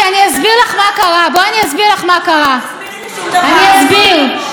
אתם טיפוסים אנלוגיים בעולם דיגיטלי,